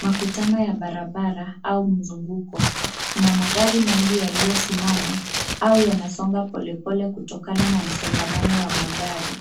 Makutano ya barabara au mzunguko. Kuna magari mengi yaliyosimama au yanasonga polepole kutokana na msongamano wa magari.